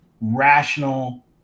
rational